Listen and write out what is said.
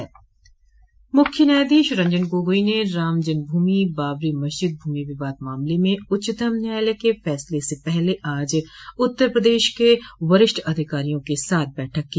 मुख्य न्यायाधीश रंजन गोगोई ने राम जन्मभूमि बाबरी मस्जिद भूमि विवाद मामले में उच्चतम न्यायालय के फैसले से पहले आज उत्तर प्रदेश के वरिष्ठ अधिकारियों के साथ बैठक की